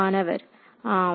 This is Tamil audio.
மாணவர்ஆம்